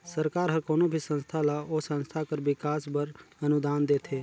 सरकार हर कोनो भी संस्था ल ओ संस्था कर बिकास बर अनुदान देथे